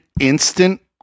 instant